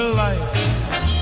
life